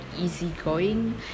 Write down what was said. easygoing